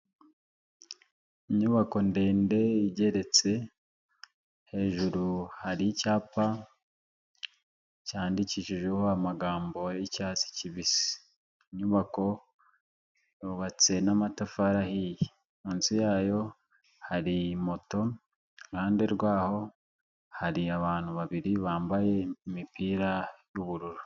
Inyubako ndende igereretse hejuru hari icyapa cyandikishijeho amagambo y'icyatsi kibisi, inyubako yubatse n'amatafari ahiye, munsi yayo hari moto, iruhande rwaho hari abantu babiri bambaye imipira y'ubururu.